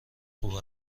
خوب